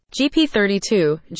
GP32